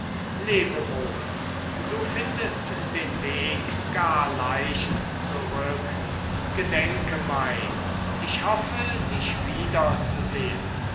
lebe wohl du findest den weg gar leicht zurück gedenke mein ich hoffe dich wiederzusehen